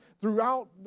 throughout